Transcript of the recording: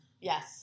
Yes